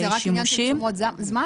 זה רק עניין של תשומות זמן?